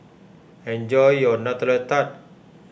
enjoy your Nutella Tart